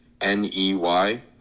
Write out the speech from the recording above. N-E-Y